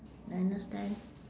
I understand